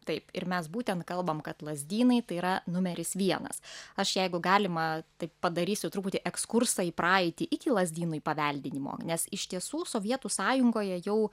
taip ir mes būtent kalbam kad lazdynai tai yra numeris vienas aš jeigu galima taip padarysiu truputį ekskursą į praeitį iki lazdynų įpaveldinimo nes iš tiesų sovietų sąjungoje jau